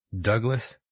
Douglas